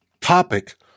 topic